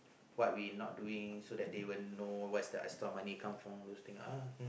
what we not doing so that they will know what is the extra money come from all those thing ah